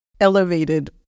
elevated